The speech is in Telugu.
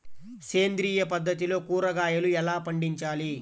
సేంద్రియ పద్ధతిలో కూరగాయలు ఎలా పండించాలి?